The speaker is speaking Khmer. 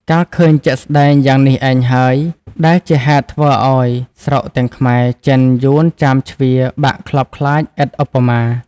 កាលឃើញជាក់ស្ដែងយ៉ាងនេះឯងហើយ ដែលជាហេតុធ្វើឲ្យស្រុកទាំងខ្មែរ ចិន យួន ចាម ជ្វា បាក់ខ្លបខ្លាចឥតឧបមា ។